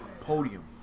podium